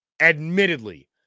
Admittedly